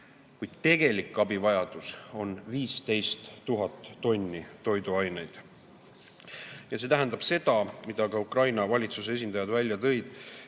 Kuid tegelik abivajadus on 15 000 tonni toiduaineid. See tähendab seda, nagu ka Ukraina valitsuse esindajad välja tõid,